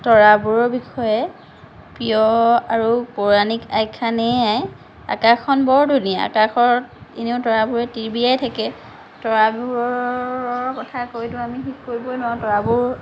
তৰাবোৰৰ বিষয়ে প্ৰিয় আৰু পৌৰাণিক আখ্যান এয়াই আকাশখন বৰ ধুনীয়া আকাশত এনেও তৰাবোৰে তিৰবিৰাই থাকে তৰাবোৰৰ কথা কৈতো আমি শেষ কৰিবই নোৱাৰোঁ তৰাবোৰ